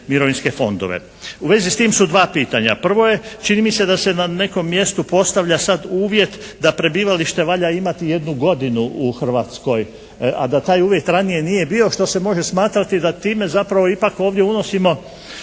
U vezi s tim su dva pitanja. Prvo je čini mi se da se na nekom mjestu postavlja sad uvjet da prebivalište valja imati jednu godinu u Hrvatskoj, a da taj uvjet ranije nije bio, što se može smatrati da time zapravo ipak ovdje unosimo